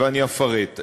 ואני אפרט.